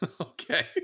Okay